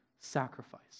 sacrifice